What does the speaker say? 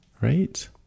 right